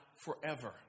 forever